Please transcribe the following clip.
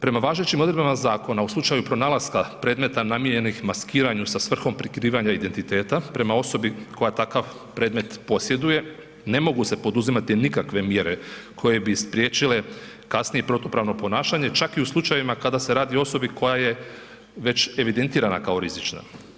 Prema važećim odredbama zakona u slučaju pronalaska predmeta namijenjenih maskiranju sa svrhom prikrivanja identiteta prema osobi koja takav predmet posjeduje ne mogu se poduzimati nikakve mjere koje bi spriječile kasnije protupravno ponašanje čak i u slučajevima kada se radi o osobi koja je već evidentirana kao rizična.